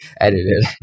edited